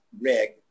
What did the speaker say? rig